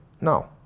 No